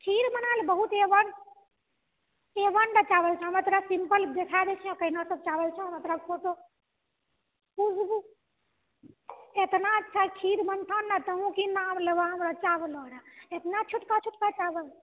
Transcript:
खीर बनाबऽ वला बहुत यऽ मगर सिम्पल देखा दै छी ओ चावल हम तोरा फोटो एतना अच्छा खीर बनतो ने तू की नाम लेबऽ हमरा चावल के एतना छोटका छोटका चावल छौ